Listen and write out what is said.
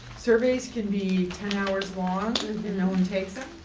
surveys can be ten hours long and no one takes them.